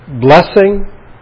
blessing